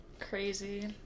crazy